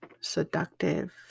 seductive